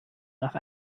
nach